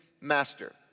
master